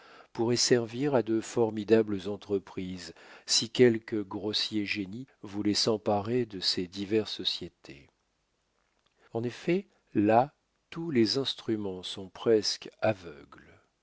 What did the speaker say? pourraient servir à de formidables entreprises si quelque grossier génie voulait s'emparer de ces diverses sociétés en effet là tous les instruments sont presque aveugles